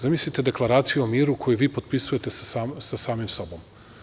Zamislite deklaraciju o miru koji vi potpisujete sa samim sobom.